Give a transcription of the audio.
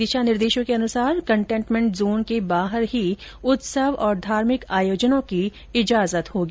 दिशा निर्देशों के अनुसार कन्टेनमेंट जोन के बाहर ही उत्सव और धार्मिक आयोजनों की इजाजत होगी